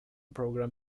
program